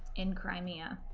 in crimea.